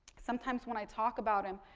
sometimes, when i talk about him,